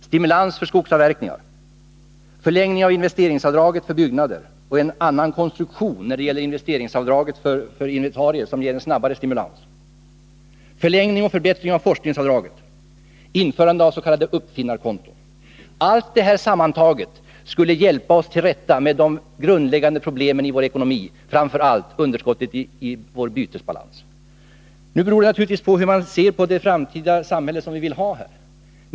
Stimulans för skogsavverkningar, förlängning av investeringsavdraget för byggnader och en annan konstruktion när det gäller investeringsavdraget för inventarier föreslås. Det ger en snabbare stimulans. Allt detta sammantaget skulle hjälpa oss till rätta med de grundläggande problemen i vår ekonomi, framför allt underskottet i vår bytesbalans. Nu beror naturligtvis mycket på hur man vill att det framtida samhället skall se ut.